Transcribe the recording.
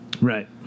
Right